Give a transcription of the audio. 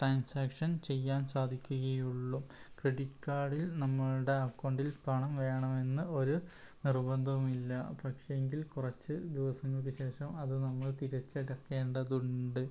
transaction ചെയ്യാൻ സാധിക്കുകയുള്ളു credit കാർഡിൽ നമ്മളുടെ അക്കൗണ്ടിൽ പണം വേണമെന്ന് ഒരു നിർബന്ധവുമില്ല പക്ഷെയെങ്കിൽ കുറച്ച് ദിവസങ്ങൾക്കുശേഷം അത് നമ്മൾ തിരിച്ചടക്കേണ്ടതുണ്ട്